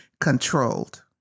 controlled